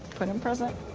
put in present,